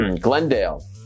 Glendale